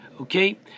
Okay